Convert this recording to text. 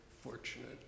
fortunate